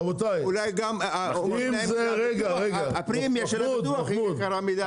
ואולי גם אומרים להם שהפרמיה של הביטוח יקרה מדי.